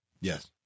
Yes